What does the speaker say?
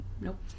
Nope